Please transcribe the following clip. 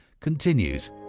continues